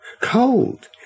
Cold